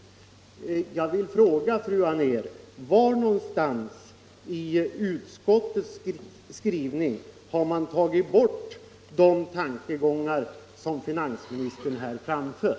Jag vill fråga fru Anér: Var i utskottets skrivning har man tagit bort de tankegångar som finansministern här framför?